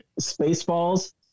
Spaceballs